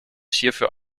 hierfür